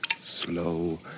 slow